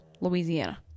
louisiana